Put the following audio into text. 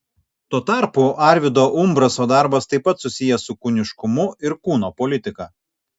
tuo tarpu arvydo umbraso darbas taip pat susijęs su kūniškumu ir kūno politika